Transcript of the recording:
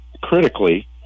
critically